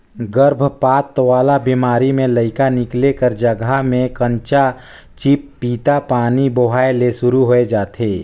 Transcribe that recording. गरभपात वाला बेमारी में लइका निकले कर जघा में कंचा चिपपिता पानी बोहाए ले सुरु होय जाथे